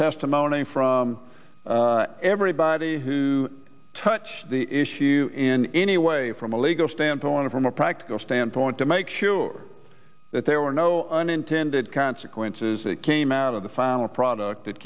testimony from everybody who touched the issue in any way from a legal standpoint from a practical standpoint to make sure that there were no unintended consequences that came out of the final product that